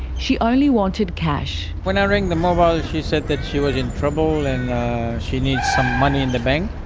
she only wanted cash. when i rang the mobile she said that she was in trouble and that she needed some money in the bank,